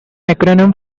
acronym